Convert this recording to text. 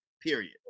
period